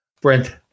brent